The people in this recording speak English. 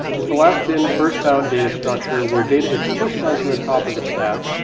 it's the last in first out data structure where date is pushed on to the top of the stack,